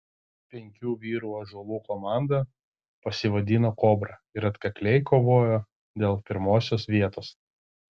penkių vyrų ąžuolų komanda pasivadino kobra ir atkakliai kovojo dėl pirmosios vietos